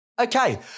Okay